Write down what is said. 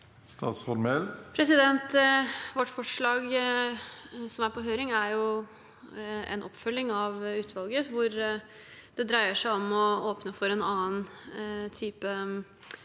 Vårt forslag, som er på høring, er jo en oppfølging av utvalget, hvor det dreier seg om å åpne for en annen type